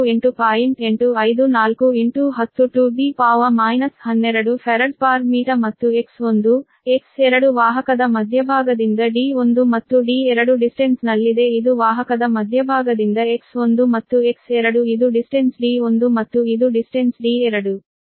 854 10 12 farads per meter ಮತ್ತು X1 X2 ವಾಹಕದ ಮಧ್ಯಭಾಗದಿಂದ D1 ಮತ್ತು D2 ದೂರದಲ್ಲಿದೆ ಇದು ವಾಹಕದ ಮಧ್ಯಭಾಗದಿಂದ X1 ಮತ್ತು X2 ಇದು ದೂರ D1 ಮತ್ತು ಇದು ದೂರ D2